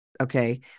okay